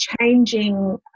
changing